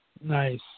Nice